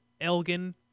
Elgin